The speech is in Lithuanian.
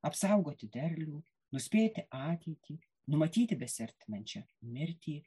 apsaugoti derlių nuspėti ateitį numatyti besiartinančią mirtį